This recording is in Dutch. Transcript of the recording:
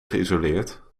geïsoleerd